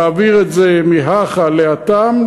להעביר את זה מהכא להתם,